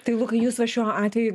tai lukai jūs va šiuo atveju